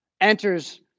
enters